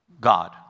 God